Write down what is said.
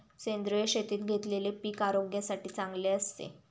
सेंद्रिय शेतीत घेतलेले पीक आरोग्यासाठी चांगले असते